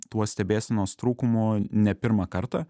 tuo stebėsenos trūkumu ne pirmą kartą